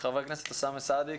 חבר הכנסת אוסאמה סעדי,